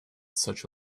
such